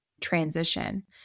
transition